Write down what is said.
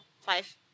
five